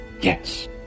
Yes